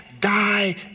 die